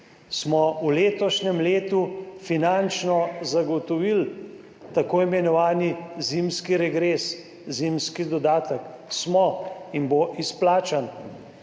– v letošnjem letu finančno zagotovili tako imenovani zimski regres, zimski dodatek? Smo in bo izplačan.